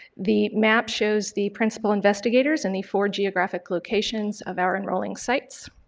the map shows the principal investigators in the four geographic locations of our enrolling sites.